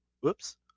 Whoops